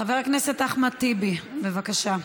חבר הכנסת אחמד טיבי, בבקשה.